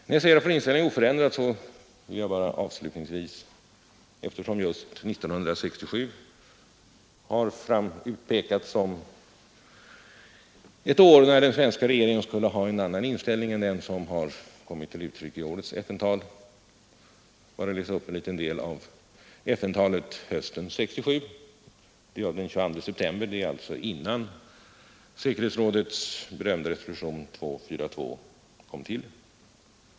När jag säger att vår inställning är oförändrad vill jag avslutningsvis — eftersom just 1967 har utpekats som ett år när den svenska regeringen skulle ha haft en annan inställning än den som kommit till uttryck i årets FN-tal — läsa upp en liten del av FN-talet hösten 1967. Det hölls den 22 september, alltså innan säkerhetsrådets berömda resolution nr 242 kom till.